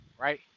right